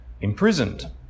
imprisoned